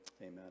Amen